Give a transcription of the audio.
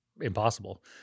impossible